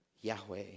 Yahweh